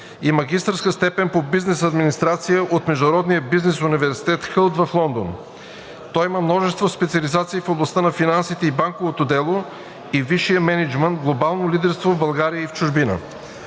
и магистърска степен по бизнес администрация от Международния бизнес университет „Хълт“ в Лондон. Той има множество специализации в областта на финансите и банковото дело и висшия мениджмънт – Глобално лидерство в България и в чужбина.